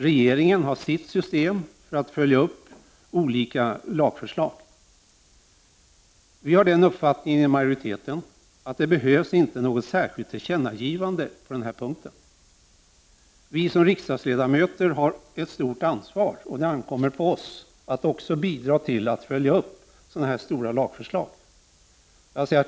Regeringen har sitt system för att följa upp olika lagförslag. Vi har den uppfattningen i majoriteten att det inte behövs något särskilt tillkännagivande på den här punkten. Vi har som riksdagsledamöter ett stort ansvar, och det ankommer på oss att också bidra till att följa upp sådana här stora lagförslag.